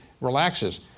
relaxes